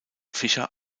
fischer